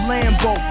Lambo